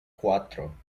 cuatro